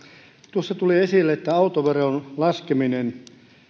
tuossa tuli esille että autoveron laskeminen